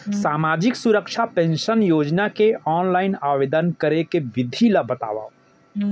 सामाजिक सुरक्षा पेंशन योजना के ऑनलाइन आवेदन करे के विधि ला बतावव